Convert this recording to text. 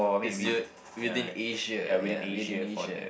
is it within Asia ya within Asia